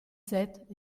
sept